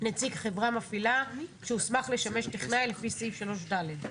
נציג חברה מפעילה שהוסמך לשמש טכנאי לפי סעיף 3ד,